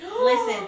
Listen